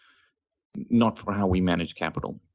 not for how we manage capital.